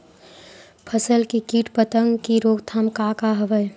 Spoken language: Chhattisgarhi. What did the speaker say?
फसल के कीट पतंग के रोकथाम का का हवय?